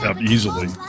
easily